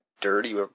dirty